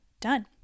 done